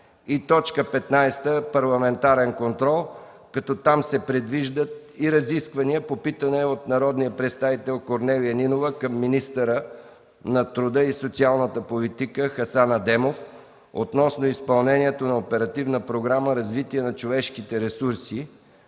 15. Парламентарен контрол, като се предвиждат и разисквания по питане от народния представител Корнелия Нинова към министъра на труда и социалната политика Хасан Адемов относно изпълнението на Оперативна програма „Развитие на човешките ресурси”